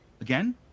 again